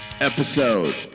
episode